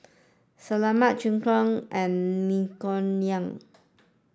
Salami Chigenabe and Naengmyeon